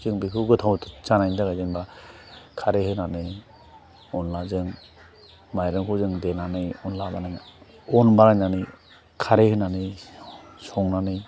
जों बेखौ गोथाव जानायनि थाखाय जेनेबा खारै होनानै अनलाजों माइरंखौ जों देनानै अनला बानायनानै अन बानायनानै खारै होनानै संनानै